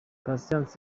patient